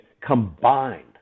combined